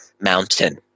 mountain